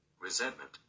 Resentment